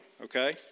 okay